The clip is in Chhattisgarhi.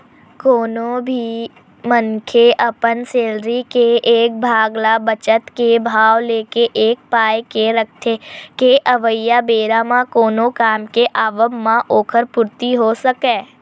कोनो भी मनखे ह अपन सैलरी के एक भाग ल बचत के भाव लेके ए पाय के रखथे के अवइया बेरा म कोनो काम के आवब म ओखर पूरति होय सकय